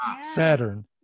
Saturn